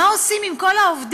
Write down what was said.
מה עושים עם כל העובדים